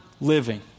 living